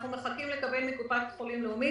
אנחנו מחכים לקבל מקופת חולים לאומית,